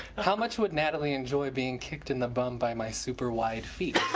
how much would natalie enjoyed being kicked in the bum by my super wide feet